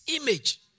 image